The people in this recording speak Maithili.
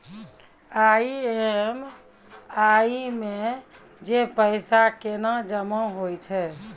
ई.एम.आई मे जे पैसा केना जमा होय छै?